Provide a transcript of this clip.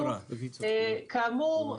כאמור,